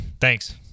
Thanks